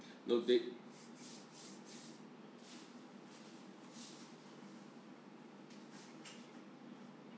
loved it